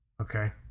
Okay